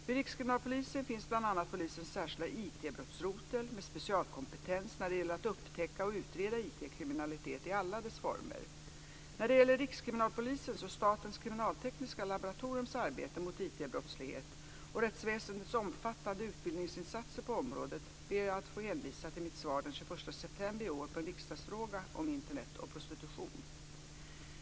Vid Rikskriminalpolisen finns bl.a. polisens särskilda IT-brottsrotel med specialistkompetens när det gäller att upptäcka och utreda IT-kriminalitet i alla dess former. När det gäller Rikskriminalpolisens och Statens kriminaltekniska laboratoriums arbete mot IT-brottslighet och rättsväsendets omfattande utbildningssatsningar på området ber jag att få hänvisa till mitt svar den 21 september i år på en riksdagsfråga om Internet och prostitution .